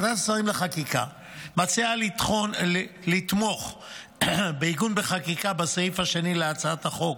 ועדת השרים לחקיקה מציעה לתמוך בעיגון בחקיקה של הסעיף השני להצעת החוק,